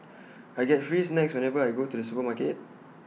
I get free snacks whenever I go to the supermarket